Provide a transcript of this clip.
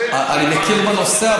אם אתה מכיר בנושא,